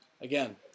again